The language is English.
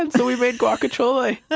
and so we made guacachole.